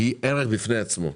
היא ערך בפני עצמו.